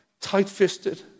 tight-fisted